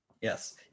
Yes